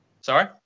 sorry